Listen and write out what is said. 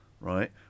right